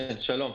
כן, שלום.